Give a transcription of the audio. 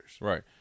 Right